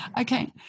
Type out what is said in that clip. Okay